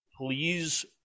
please